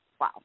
wow